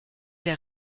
der